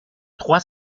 trois